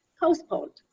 postponed,